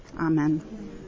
Amen